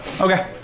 okay